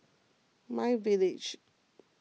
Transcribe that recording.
My Village